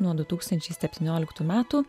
nuo du tūkstančiai septynioliktų metų